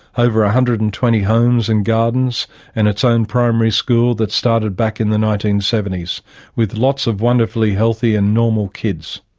over a hundred and twenty homes and gardens and its own primary school that started back in the nineteen seventy s with lots of wonderfully healthy and normal kids.